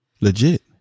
legit